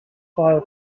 far